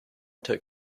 took